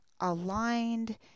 aligned